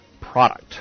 Product